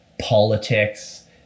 politics